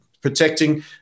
protecting